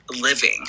living